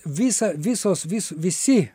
visa visos vis visi